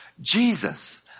Jesus